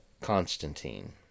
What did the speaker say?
Constantine